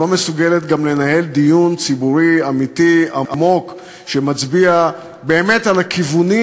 שלא מסוגלת גם לנהל דיון ציבורי אמיתי עמוק שמצביע באמת על הכיוונים